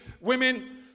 women